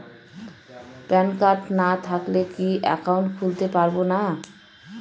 Pan card না থাকলে কি একাউন্ট খুলতে পারবো না?